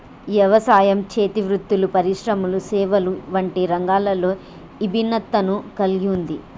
యవసాయం, చేతి వృత్తులు పరిశ్రమలు సేవలు వంటి రంగాలలో ఇభిన్నతను కల్గి ఉంది